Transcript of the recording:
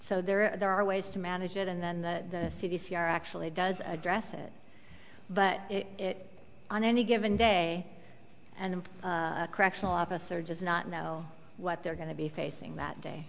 so there are there are ways to manage it and then the c d c are actually does address it but it on any given day and a correctional officer does not know what they're going to be facing that day